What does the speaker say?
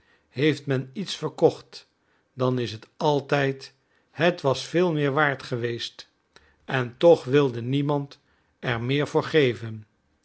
heeft men iets verkocht dan is het altijd het was veel meer waard geweest en toch wilde niemand er meer voor geven